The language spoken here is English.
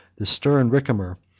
the stern ricimer,